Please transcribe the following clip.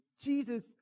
Jesus